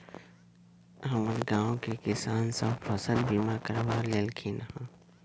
हमर गांव के किसान सभ फसल बीमा करबा लेलखिन्ह ह